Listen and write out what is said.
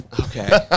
Okay